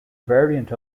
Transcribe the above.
variant